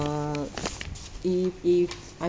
err if if I